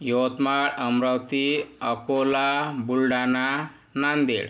Yavatmal Amravati Akola Buldhana Nanded